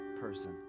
person